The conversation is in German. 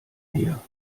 her